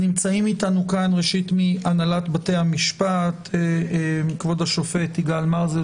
נמצאים אתנו כאן מהנהלת בתי המשפט: כבוד השופט ד"ר יגאל מרזל